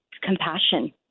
compassion